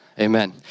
Amen